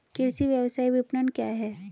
कृषि व्यवसाय विपणन क्या है?